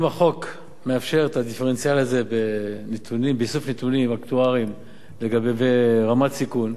אם החוק מאפשר את הדיפרנציאל הזה באיסוף נתונים אקטואריים ורמת סיכון,